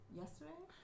yesterday